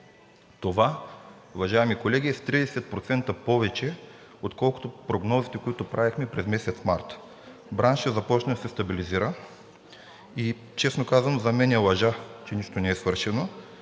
Това, уважаеми колеги, е с 30% повече, отколкото прогнозите, които правихме през месец март. Браншът започна да се стабилизира и, честно казано, за мен е лъжа, че нищо не е свършено,